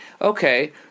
okay